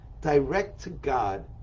direct-to-God